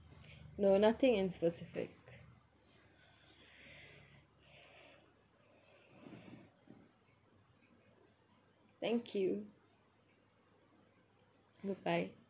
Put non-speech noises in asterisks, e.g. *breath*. no nothing in specific *breath* thank you goodbye